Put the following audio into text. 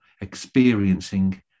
experiencing